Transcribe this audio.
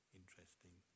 interesting